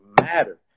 matter